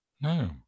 No